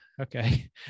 okay